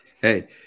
Hey